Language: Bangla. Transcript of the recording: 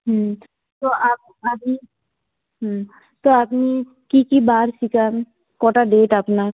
হুম তো আ আপনি হুম তো আপনি কী কী বার শিখান কটা ডেট আপনার